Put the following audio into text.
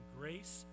grace